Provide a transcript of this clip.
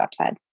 website